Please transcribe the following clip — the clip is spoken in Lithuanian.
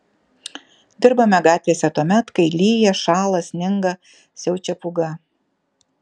dirbame gatvėse tuomet kai lyja šąla sninga siaučia pūga